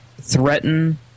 threaten